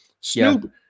Snoop